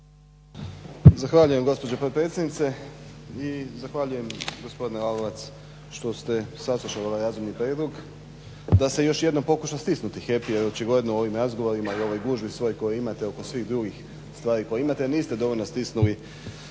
Zahvaljujem gospođo potpredsjednice i zahvaljujem gospodine Lalovac što ste saslušali ovaj razumni prijedlog da se još jednom pokuša stisnuti HEP jer očigledno u ovim razgovorima i ovoj gužvi svoj koju imate oko svih drugih stvarima koje imate niste dovoljno stisnuli